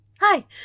Hi